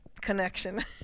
connection